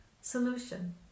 solution